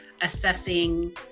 assessing